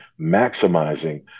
maximizing